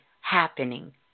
happening